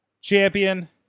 champion